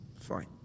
Fine